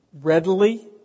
readily